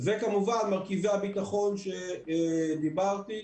וכמובן מרכיבי הביטחון שדיברתי עליהם.